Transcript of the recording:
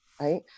Right